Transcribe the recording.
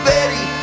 Betty